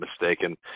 mistaken